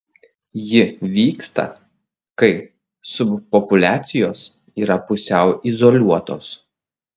ji vyksta kai subpopuliacijos yra pusiau izoliuotos